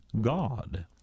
God